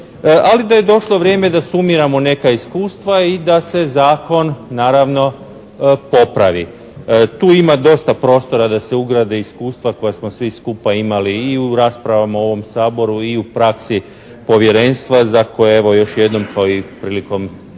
Ali da je došlo vrijeme da sumiramo neka iskustva i da se zakon naravno popravi. Tu ima dosta prostora da se ugrade iskustva koja smo svi skupa imali i u raspravama u ovom Saboru i u praksi Povjerenstva za koje evo još jednom kao i prilikom